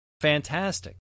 fantastic